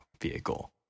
vehicle